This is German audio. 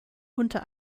unter